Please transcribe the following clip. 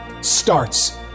starts